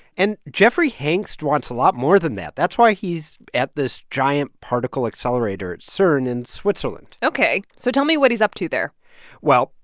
and jeffrey hangst wants a lot more than that. that's why he's at this giant particle accelerator at cern in switzerland ok, so tell me what he's up to there well,